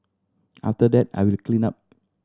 after that I will clean up